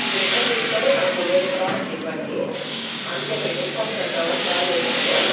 ఇది రిటర్న్ తీసుకొని నాకు వేరే ప్రొడక్ట్ ఇవ్వండి అందుకే మీకు ఇన్ఫార్మ్ చేద్దాం అని కాల్ చేశాను